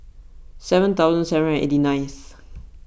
seven thousand seven and eighty ninth